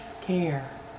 care